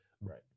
right